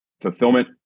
fulfillment